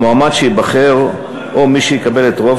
המועמד שייבחר הוא מי שיקבל את רוב